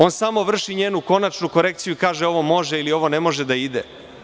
On samo vrši njenu konačnu korekciju i kaže ovo može ili ovo ne može da ide.